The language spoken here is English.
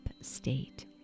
state